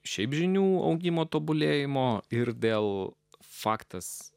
šiaip žinių augimo tobulėjimo ir vėl faktas